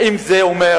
האם זה אומר